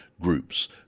groups